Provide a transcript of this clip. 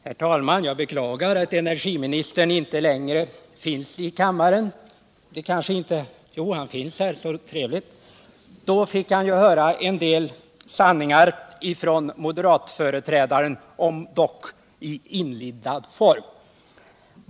Herr talman! Det var ju trevligt att energiministern är hos oss i kammaren, så att han fick höra en del sanningar från moderatföreträdaren, om ock i inlindad form.